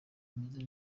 ameze